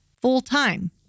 full-time